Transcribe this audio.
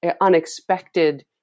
unexpected